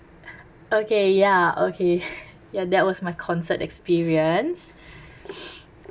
okay ya okay ya that was my concert experience